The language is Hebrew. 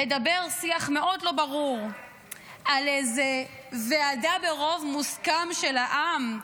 לדבר שיח מאוד לא ברור על איזה ועדה ברוב מוסכם של העם,